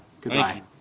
Goodbye